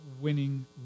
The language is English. winning